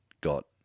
got